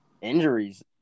injuries